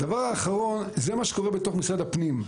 זה מה שקורה בתוך משרד הפנים.